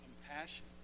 compassion